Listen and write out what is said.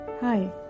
Hi